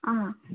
ꯑꯥ